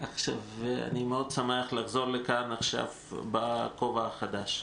אני מאוד שמח לחזור לכאן בכובע החדש.